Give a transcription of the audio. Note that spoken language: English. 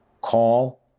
Call